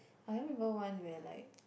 I only remember one where like